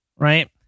Right